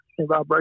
vibration